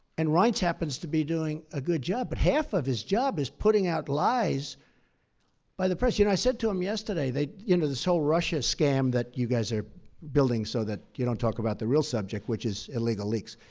and reince happens to be doing a good job. but half of his job is putting out lies by the press. and i said to him yesterday, you know this whole russia scam that you guys are building so that you don't talk about the real subject, which is illegal leaks.